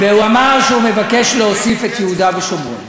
והוא אמר שהוא מבקש להוסיף את יהודה ושומרון.